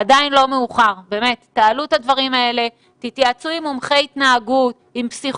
אם אתם לא תעשו את העבודה בשבילנו, אני אומר